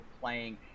playing